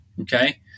Okay